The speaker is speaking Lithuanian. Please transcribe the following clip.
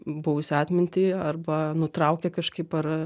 buvusią atmintį arba nutraukia kažkaip ar